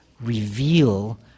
reveal